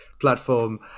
platform